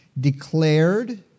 declared